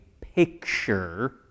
picture